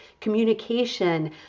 communication